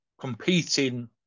competing